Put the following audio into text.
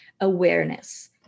awareness